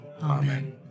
Amen